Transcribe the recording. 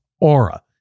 Aura